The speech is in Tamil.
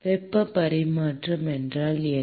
வெப்ப பரிமாற்றம் என்றால் என்ன